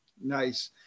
Nice